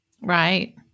Right